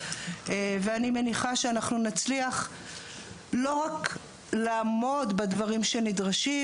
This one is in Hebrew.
ואני מניחה שאנחנו נצליח לא רק לעמוד בדברים שנדרשים,